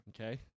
Okay